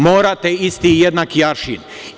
Morate isti i jednaki aršin.